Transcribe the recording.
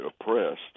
oppressed